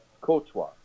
Courtois